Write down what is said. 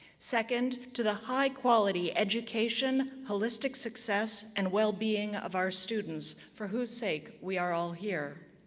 second, to the high-quality education, holistic success, and well-being of our students, for whose sake we are all here.